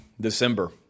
December